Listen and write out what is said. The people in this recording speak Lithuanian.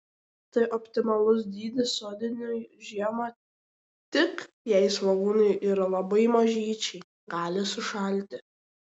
tai optimalus dydis sodinimui žiemą tik jei svogūnai labai mažyčiai gali sušalti